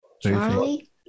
Charlie